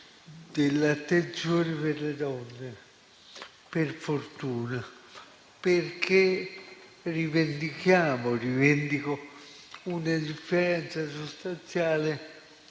dell'attenzione per le donne, per fortuna, perché rivendichiamo e rivendico una differenza sostanziale